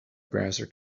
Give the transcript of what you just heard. browser